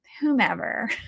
whomever